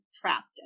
trapped